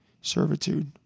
servitude